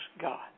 God